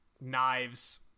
knives